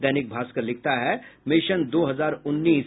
दैनिक भास्कर लिखता है मिशन दो हजार उन्नीस